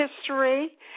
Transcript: history